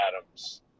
Adams